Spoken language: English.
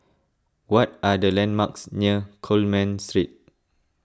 what are the landmarks near Coleman Street